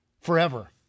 forever